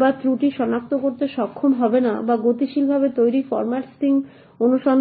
বা ত্রুটি সনাক্ত করতে সক্ষম হবে না বা গতিশীলভাবে তৈরি ফরম্যাট স্ট্রিং অনুসন্ধানে